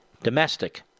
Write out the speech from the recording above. domestic